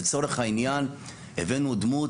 לצורך העניין הבאנו דמות,